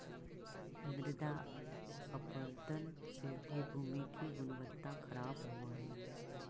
मृदा अपरदन से भी भूमि की गुणवत्ता खराब होव हई